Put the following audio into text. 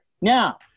Now